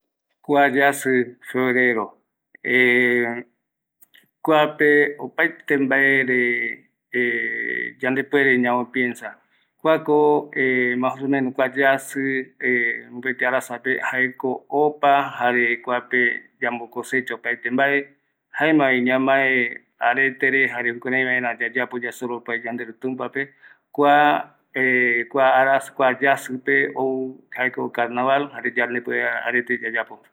Kua yasï febrero, kuape opaete mbaere yande puere ñamo piensa, kuako mas o meno kua yajï, möpëtï arasape jaeko opa, jare kuape yambo cosecha opaete mbae, jaemavi ñamae aretere, hare jukurai yayapo vaera yasoropai yanderu tumpape, kua kua arasa yasïpe ou jaeko arete carnaval, jare yande puerevaera arete yayapo.